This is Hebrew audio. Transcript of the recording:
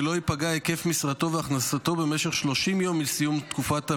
ולא ייפגעו היקף משרתו והכנסתו במשך 30 יום מסיום תקופת המילואים,